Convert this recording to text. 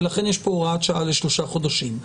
ולכן יש פה הוראת שעה לשלושה חודשים,